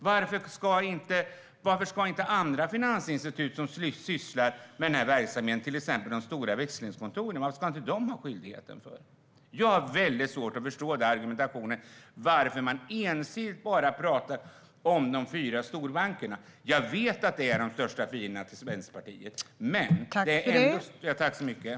Varför ska inte andra finansinstitut som sysslar med sådan verksamhet, till exempel de stora växlingskontoren, ha samma skyldighet? Jag har svårt att förstå den argumentationen. Varför pratar man bara om de fyra storbankerna - även om jag vet att de är Vänsterpartiets största fiender?